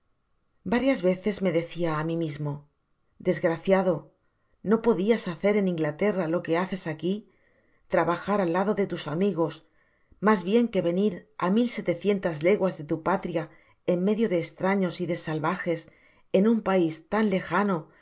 varias veces me decia á mi mismo desgraciado no podias hacer en inglaterra lo que haces aqui trabajar al lado de tus amigos mas bien que venir á mil setecientas leguas de tu patria en medio de estraños y de salvajes en un pais tan lejano